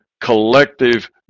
collective